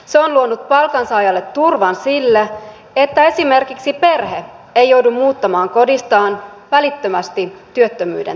se on luonut palkansaajalle turvan sillä että esimerkiksi perhe ei joudu muuttamaan kodistaan välittömästi työttömyyden takia